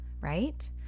right